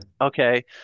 Okay